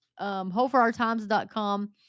hopeforourtimes.com